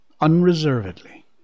unreservedly